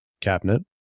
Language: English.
cabinet